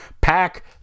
pack